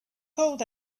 cold